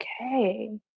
okay